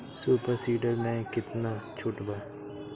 Super seeder मै कितना छुट बा?